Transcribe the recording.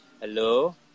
Hello